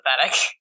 pathetic